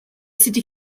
city